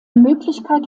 möglichkeit